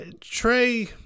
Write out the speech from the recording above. Trey